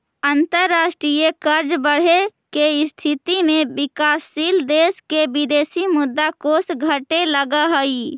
अंतरराष्ट्रीय कर्ज बढ़े के स्थिति में विकासशील देश के विदेशी मुद्रा कोष घटे लगऽ हई